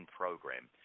program